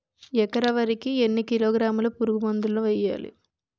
ఎకర వరి కి ఎన్ని కిలోగ్రాముల పురుగు మందులను వేయాలి?